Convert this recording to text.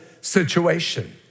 situation